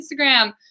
Instagram